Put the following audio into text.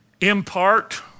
impart